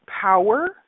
power